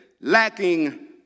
lacking